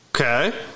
Okay